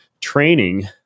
training